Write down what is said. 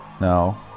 No